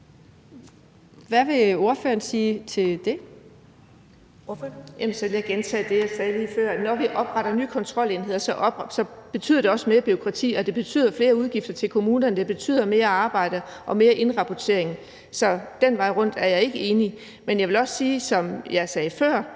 Vind (S): Så vil jeg gentage det, jeg sagde lige før: Når vi opretter nye kontrolenheder, betyder det også mere bureaukrati, det betyder flere udgifter til kommunerne, og det betyder mere arbejde og mere indrapportering. Så den vej rundt er jeg ikke enig. Men jeg vil også sige, som jeg sagde før,